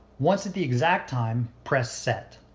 once at the exact time press set.